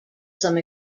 some